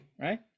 right